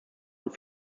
und